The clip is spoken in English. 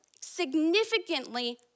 significantly